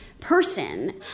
person